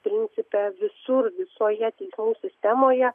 principe visur visoje teismų sistemoje